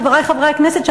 חברי חברי הכנסת,